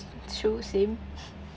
true same